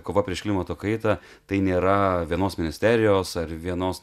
kova prieš klimato kaitą tai nėra vienos ministerijos ar vienos